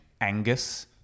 angus